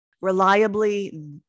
Reliably